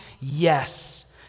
Yes